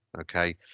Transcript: Okay